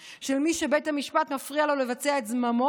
של מי שבית המשפט מפריע לו לבצע את זממו ואת